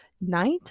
night